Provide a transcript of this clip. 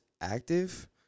active